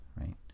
right